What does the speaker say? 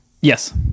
Yes